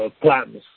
plans